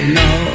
no